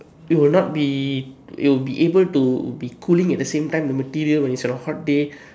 you will not be you will be able to be cooling at the same time the material when its at a hot day